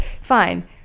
Fine